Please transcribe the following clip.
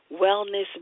wellness